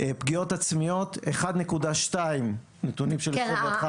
פגיעות עצמיות פי 1.2. אלו נתונים של 2021. דברים איומים.